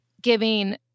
giving